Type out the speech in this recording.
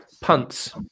Punts